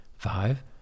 Five